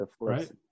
Right